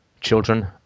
Children